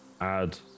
add